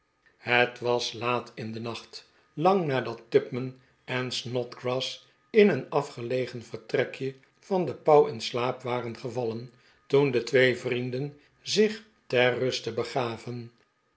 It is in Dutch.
het was laat in den nacht lang nadat tupman en snodgrass in een afgelegen vertrekje van de pauw in slaap waren gevallen toen de twee vrienden zich ter ruste begaven